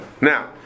now